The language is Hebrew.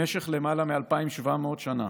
במשך למעלה מ-2,700 שנה